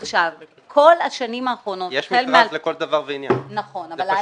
כל שהשנים האחרונות --- יש מכרז לכל דבר ועניין.